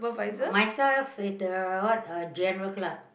myself is the what uh general clerk